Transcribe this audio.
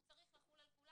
הוא צריך לחול על כולם.